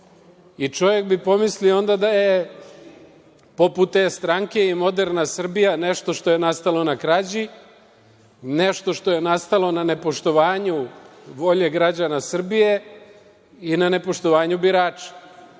Čovek bi pomislio onda da je poput te stranke i moderna Srbija nešto što je nastalo na krađi, nešto što je nastalo na nepoštovanju volje građana Srbije i na nepoštovanju birača. Prvo